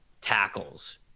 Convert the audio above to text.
tackles